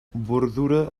bordura